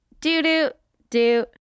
Do-do-do